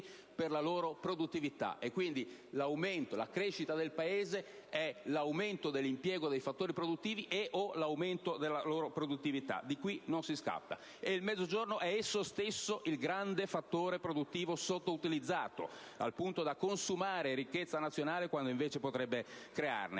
per la loro produttività. Quindi la crescita del Paese è l'aumento dell'impiego dei fattori produttivi e/o l'aumento della loro produttività. Di qui non si scappa. E il Mezzogiorno è esso stesso il grande fattore produttivo sottoutilizzato, al punto da consumare ricchezza nazionale, quando invece potrebbe crearne.